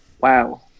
wow